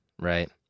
Right